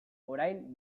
orain